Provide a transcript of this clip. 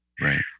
Right